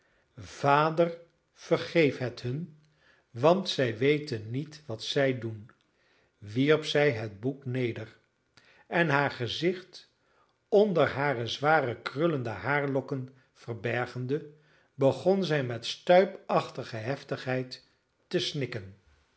vader vergeef het hun want zij weten niet wat zij doen wierp zij het boek neder en haar gezicht onder hare zware krullende haarlokken verbergende begon zij met stuipachtige heftigheid te snikken